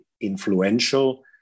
influential